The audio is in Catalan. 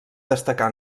destacar